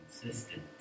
consistent